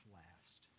last